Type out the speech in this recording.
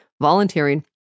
volunteering